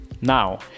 Now